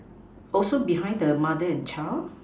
also behind the mother and child